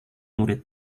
murid